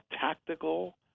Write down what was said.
tactical –